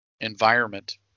environment